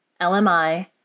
LMI